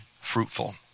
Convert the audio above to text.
fruitful